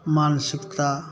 मानसिकता